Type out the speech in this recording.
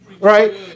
right